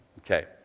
Okay